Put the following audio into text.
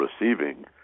receiving